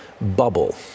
bubble